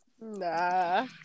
Nah